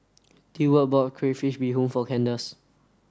Deward bought Crayfish Beehoon for Candice